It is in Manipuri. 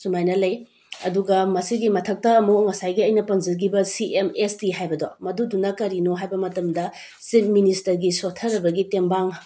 ꯁꯨꯃꯥꯏꯅ ꯂꯩ ꯑꯗꯨꯒ ꯃꯁꯤꯒꯤ ꯃꯊꯛꯇ ꯑꯃꯨꯛ ꯉꯁꯥꯏꯒꯤ ꯑꯩꯅ ꯄꯟꯖꯈꯤꯕ ꯁꯤ ꯑꯦꯝ ꯑꯦꯁ ꯇꯤ ꯍꯥꯏꯕꯗꯣ ꯃꯗꯨꯗꯨꯅ ꯀꯔꯤꯅꯣ ꯍꯥꯏꯕ ꯃꯇꯝꯗ ꯆꯤꯞ ꯃꯤꯅꯤꯁꯇ꯭ꯔꯒꯤ ꯁꯣꯠꯊꯔꯕꯒꯤ ꯇꯦꯡꯕꯥꯡ